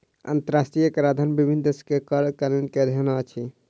अंतरराष्ट्रीय कराधन विभिन्न देशक कर कानून के अध्ययन अछि